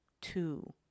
two